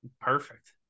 perfect